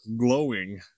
glowing